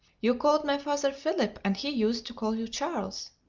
you called my father philip, and he used to call you charles.